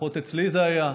לפחות אצלי כך היה,